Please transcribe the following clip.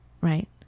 Right